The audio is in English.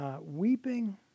weeping